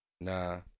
Nah